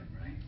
right